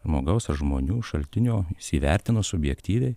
žmogaus ar žmonių šaltinio jis įvertino subjektyviai